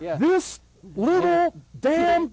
yeah then